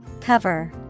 Cover